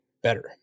better